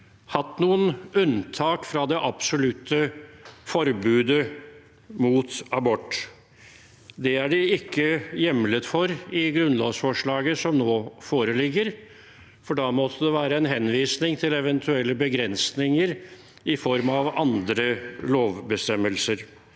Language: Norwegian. hatt noen unntak fra det absolutte forbudet mot abort. Det er det ikke hjemlet for i grunnlovsforslaget som nå foreligger, for da måtte det være en henvisning til eventuelle begrensninger i form av andre lovbestemmelser.